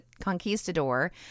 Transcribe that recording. conquistador